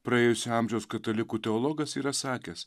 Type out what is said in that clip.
praėjusio amžiaus katalikų teologas yra sakęs